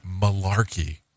malarkey